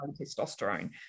testosterone